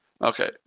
Okay